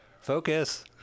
Focus